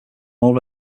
all